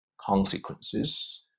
consequences